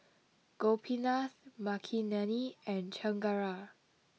Gopinath Makineni and Chengara